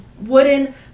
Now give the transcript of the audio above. wooden